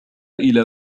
إلى